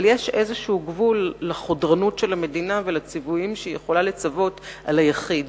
אבל יש גבול לחודרנות של המדינה ולציוויים שהיא יכולה לצוות על היחיד.